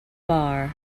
bar